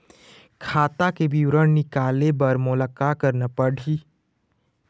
खाता के विवरण निकाले बर मोला का करना पड़ही?